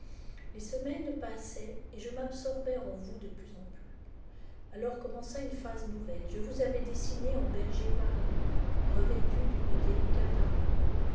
les semaines passaient et je m'absorbais en vous de plus en plus alors commença une phase nouvelle je vous avais dessiné en berger paris revêtu d'une délicate armure